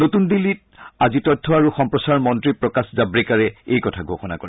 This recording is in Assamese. নতুন দিল্লীত আজি তথ্য আৰু সম্প্ৰচাৰ মন্ত্ৰী প্ৰকাশ জাণ্ৰেকাৰে এই কথা ঘোষণা কৰে